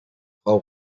frau